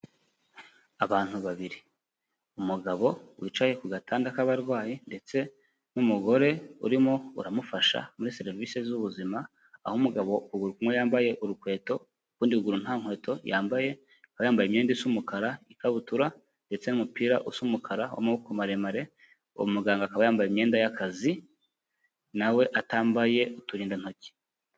Abantu babiri, umugabo wicaye ku gatanda k'abarwayi, ndetse n'umugore urimo uramufasha muri serivisi z'ubuzima, aho umugabo ukuguru kumwe yambaye urukweto, ukundi kuguru nta nkweto yambaye, akaba yambaye imyenda isa umukara, ikabutura, ndetse n'umupira usa umukara, w'amaboko maremare, uwo muganga akaba yambaye imyenda y'akazi, nawe atambaye uturindantoki.